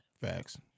Facts